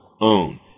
own